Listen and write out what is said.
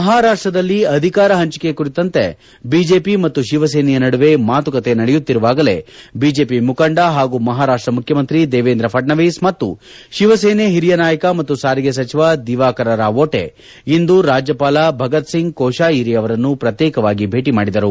ಮಹಾರಾಷ್ಷದಲ್ಲಿ ಅಧಿಕಾರ ಪಂಚಿಕೆ ಕುರಿತಂತೆ ಬಿಜೆಪಿ ಮತ್ತು ಶಿವಸೇನೆಯ ನಡುವೆ ಮಾತುಕತೆ ನಡೆಯುತ್ತಿರುವಾಗಲೇ ಬಿಜೆಪಿ ಮುಖಂಡ ಹಾಗೂ ಮಹಾರಾಷ್ಟ ಮುಖ್ಯಮಂತ್ರಿ ದೇವೇಂದ್ರ ಫಡ್ಯವೀಸ್ ಮತ್ತು ಶಿವಸೇನೆ ಹಿರಿಯ ನಾಯಕ ಮತ್ತು ಸಾರಿಗೆ ಸಚಿವ ದಿವಾಕರ ರಾವೋಟಿ ಇಂದು ರಾಜ್ಯಪಾಲಿ ಭಗತ್ ಸಿಂಗ್ ಕೋಶಾಯಿರಿ ಅವರನ್ನು ಪ್ರತ್ಯೇಕವಾಗಿ ಭೇಟಿ ಮಾಡಿದರು